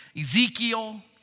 Ezekiel